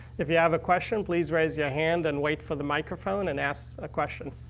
if you have a question, please raise your hand and wait for the microphone and ask a question.